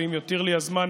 ואם יותיר לי הזמן